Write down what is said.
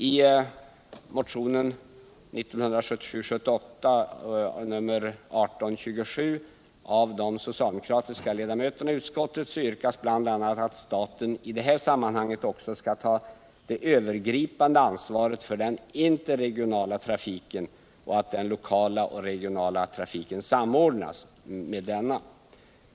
I motionen 1977/78:1827 av de socialdemokratiska ledamöterna i utskottet yrkas bl.a. att staten i det här sammanhanget också skall ta det övergripande ansvaret för den interregionala trafiken och att den lokala och regionala trafiken skall samordnas med denna.